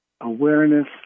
awareness